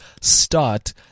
start